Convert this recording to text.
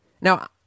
Now